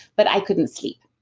but i couldn't sleep.